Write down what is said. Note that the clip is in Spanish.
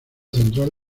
central